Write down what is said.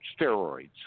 steroids